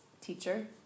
teacher